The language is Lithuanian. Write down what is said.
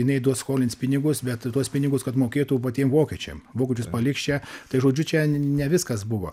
jinai duos skolins pinigus bet tuos pinigus kad mokėtų patiem vokiečiam vokiečius paliks čia tai žodžiu čia ne viskas buvo